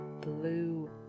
blue